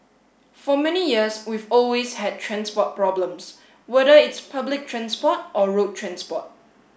for many years we've always had transport problems whether it's public transport or road transport